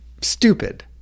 stupid